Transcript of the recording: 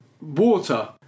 water